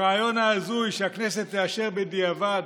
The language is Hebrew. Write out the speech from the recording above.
הרעיון ההזוי שהכנסת תאשר בדיעבד,